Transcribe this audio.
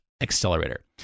accelerator